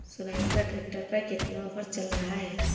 Sonalika tractor पर कितना offer चल रहा है?